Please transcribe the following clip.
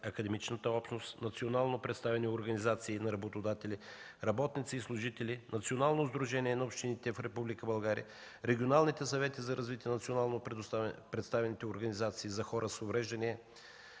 академичната общност, национално представени организации на работодатели, работници и служители, Национално сдружение на общините в Република България, регионалните съвети за развитие на национално представените организации за хора с увреждания,